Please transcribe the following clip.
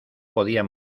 podían